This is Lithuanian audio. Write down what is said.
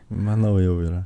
manau jau yra